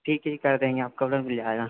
ठीक ठीक कर देंगे आपको अगर मिल जाएगा